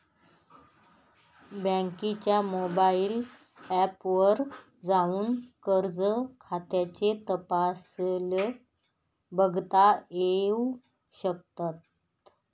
बँकेच्या mobile app वर जाऊन कर्ज खात्याचे तपशिल बघता येऊ शकतात